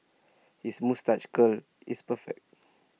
his moustache curl is perfect